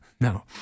No